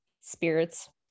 spirits